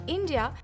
India